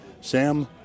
Sam